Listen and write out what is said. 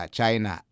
China